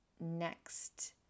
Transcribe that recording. next